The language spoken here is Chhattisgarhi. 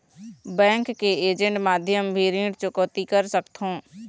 बैंक के ऐजेंट माध्यम भी ऋण चुकौती कर सकथों?